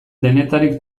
denetarik